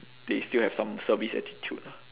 they still have some service attitude ah